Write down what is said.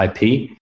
IP